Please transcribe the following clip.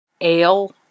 ale